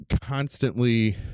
constantly